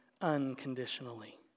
unconditionally